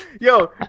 Yo